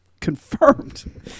confirmed